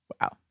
Wow